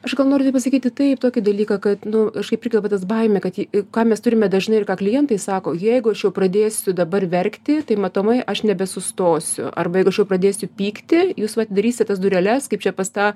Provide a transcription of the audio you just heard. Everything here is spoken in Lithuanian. aš gal noriu pasakyti taip tokį dalyką kad nu kažkaip irgi dabar tas baimė kad ji ką mes turime dažnai ir ką klientai sako jeigu aš jau pradėsiu dabar verkti tai matomai aš nebe sustosiu arba jeigu aš jau pradėsiu pykti jūs vat atidarysit tas dureles kaip čia pas tą